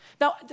Now